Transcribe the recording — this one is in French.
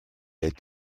est